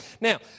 Now